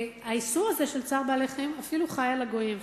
האיסור הזה של צער בעלי-חיים אפילו חל על הגויים.